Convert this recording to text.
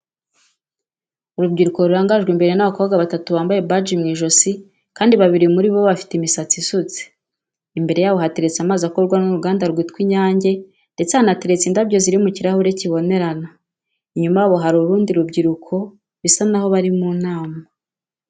Urubyiruko rurangajwe imbere n'abakobwa batatu bambaye baji mu ijosi kandi babiri muri bo bafite imisatsi isutse, imbere yabo hateretse amazi akorwa n'uruganda rwitwa inyange ndetse hanateretse indabyo ziri mu kirahuri kibonerana. Inyuma yabo hari urundi rubyiruko bisa n'aho bari mu nama.